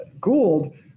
Gould